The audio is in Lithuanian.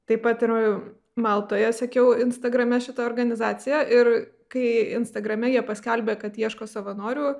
taip pat ir maltoje sekiau instagrame šitą organizaciją ir kai instagrame jie paskelbė kad ieško savanorių